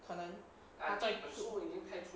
可能他在